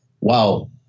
wow